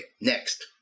next